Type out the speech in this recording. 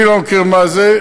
אני לא מכיר מה זה.